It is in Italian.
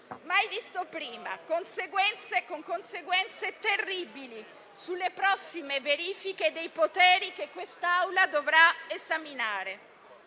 mai visto prima, con conseguenze terribili sulle prossime verifiche dei poteri che l'Assemblea dovrà esaminare.